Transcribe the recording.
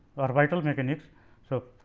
orbital mechanics so,